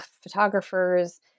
photographers